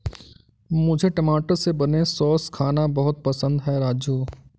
मुझे टमाटर से बने सॉस खाना बहुत पसंद है राजू